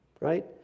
right